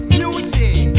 music